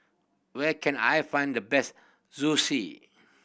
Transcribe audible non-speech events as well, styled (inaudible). where can I find the best (unintelligible)